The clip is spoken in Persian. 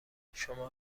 شما